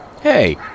Hey